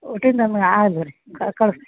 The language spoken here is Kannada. ಊಟದ ಆದು ರೀ ಕಳ್ಸಿ